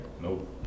nope